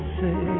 say